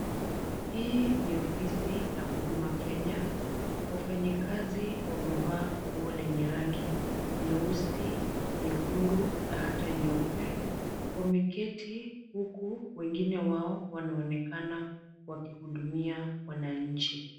Hii ni ofisi la Huduma Kenya. Wafanyikazi wamevaa nguo lenye rangi nyeusi, nyekundu na hata nyeupe. Wameketi huku wengine wao wanaonekana wakihudumia wananchi.